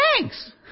thanks